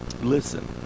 listen